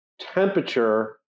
temperature